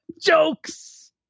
Jokes